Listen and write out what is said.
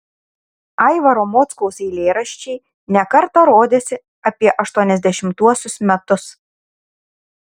aivaro mockaus eilėraščiai ne kartą rodėsi apie aštuoniasdešimtuosius metus